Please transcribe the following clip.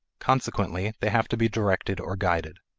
consequently they have to be directed or guided.